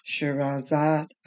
Shirazad